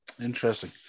Interesting